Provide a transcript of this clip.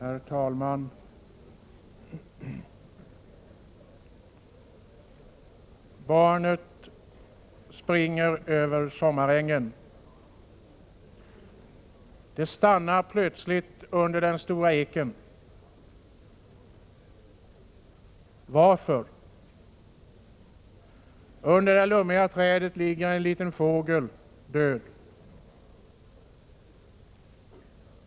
Herr talman! Barnet springer över sommarängen. Det stannar plötsligt under den stora eken. Varför? Under det lummiga trädet ligger en liten fågel död.